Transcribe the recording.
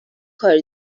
کار